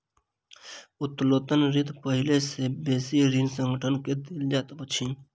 उत्तोलन ऋण पहिने से बेसी ऋणी संगठन के देल जाइत अछि